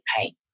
pain